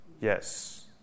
Yes